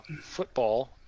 football